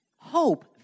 Hope